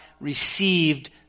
received